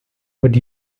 but